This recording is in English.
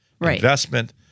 investment